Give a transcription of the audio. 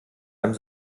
einem